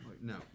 no